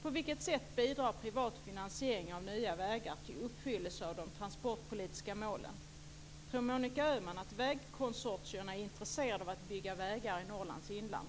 På vilket sätt bidrar privat finansiering av nya vägar till uppfyllelse av de transportpolitiska målen? Tror Monica Öhman att vägkonsortierna är intresserade av att bygga vägar i Norrlands inland?